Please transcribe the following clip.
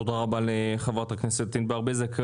תודה רבה לחברת הכנסת ענבר בזק.